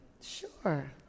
Sure